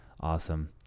Awesome